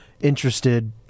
interested